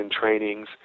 trainings